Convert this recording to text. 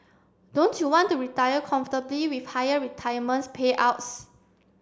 don't you want to retire comfortably with higher retirements payouts